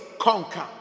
conquer